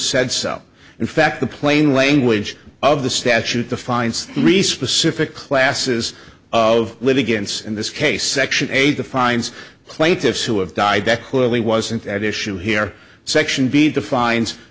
said so in fact the plain language of the statute the fines three specific classes of litigants in this case section eight defines plaintiffs who have died that clearly wasn't at issue here section b defines